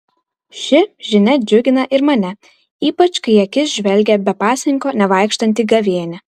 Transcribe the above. ši žinia džiugina ir mane ypač kai į akis žvelgia be pasninko nevaikštanti gavėnia